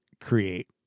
create